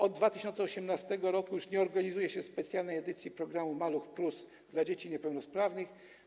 Od 2018 r. już nie organizuje się specjalnej edycji programu „Maluch+” dla dzieci niepełnosprawnych.